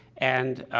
and,